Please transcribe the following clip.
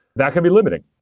that can be limiting.